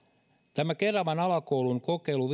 tämä keravan alakoulun kokeilu